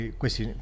questi